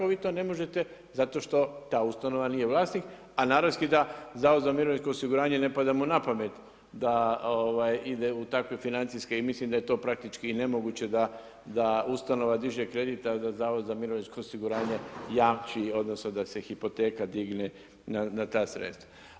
Vi to ne možete zato što ta ustanova nije vlasnik, a naravski da Zavod za mirovinsko osiguranje ne pada mu na pamet da ide u takve financijske i mislim da je to praktički i nemoguće da ustanova diže kredit, a da Zavod za mirovinsko osiguranje jamči, odnosno da se hipoteka digne na ta sredstva.